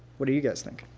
what do you guys think?